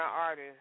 artists